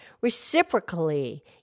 reciprocally